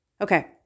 Okay